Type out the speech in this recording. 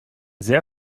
sehr